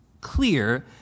clear